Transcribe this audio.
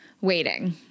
waiting